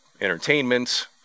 entertainment